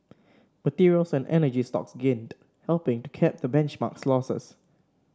materials and energy stocks gained helping to cap the benchmark's losses